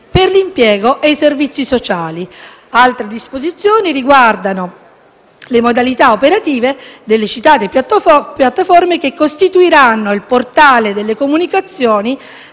per l'impiego e i servizi sociali. Altre disposizioni riguardano le modalità operative delle citate piattaforme che costituiranno il portale delle comunicazioni